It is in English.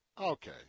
okay